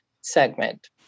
segment